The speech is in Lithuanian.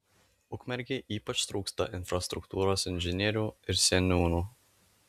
ukmergei ypač trūksta infrastruktūros inžinierių ir seniūnų